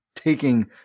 taking